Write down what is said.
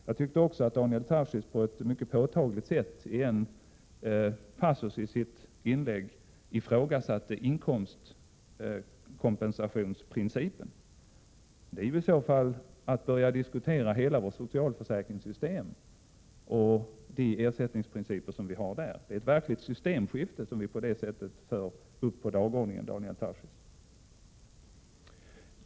Jag tycker också att Daniel Tarschys på ett mycket påtagligt sätt i en passus i sitt inlägg ifrågasatte inkomstkompensationsprincipen. Det är i så fall att börja diskutera hela vårt socialförsäkringssystem och de ersättningsprinciper vi har där. Det är ju ett verkligt systemskifte som man då för upp på dagordningen, Daniel Tarschys!